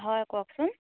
হয় কওকচোন